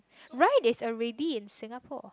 right there's a ready in Singapore